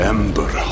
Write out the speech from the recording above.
Ember